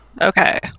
Okay